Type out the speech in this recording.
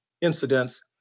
incidents